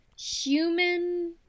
human